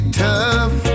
tough